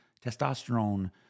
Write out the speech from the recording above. testosterone